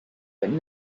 but